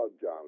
John